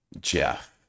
Jeff